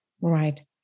Right